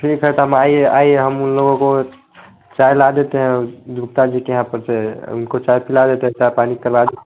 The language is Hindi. ठीक है तो हम आइए आइए हम उन लोगों को चाय ला देते है गुप्ता जी के यहाँ पर से उनको चाय पीला देते हैं चाय पानी करवा देते